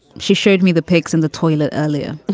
she showed me the pics in the toilet earlier.